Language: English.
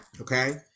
Okay